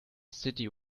city